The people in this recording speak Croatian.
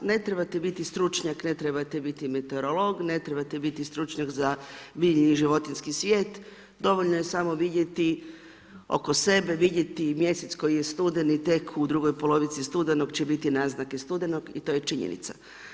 Ne trebate biti stručnjak, ne trebate biti meteorolog, ne trebate biti stručnjak za biljni i životinjski svijet, dovoljno je samo vidjeti oko sebe, vidjeti mjesec koji je studeni tek, u drugoj polovici studenog će biti naznake studenog i to je činjenica.